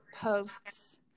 posts